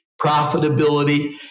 profitability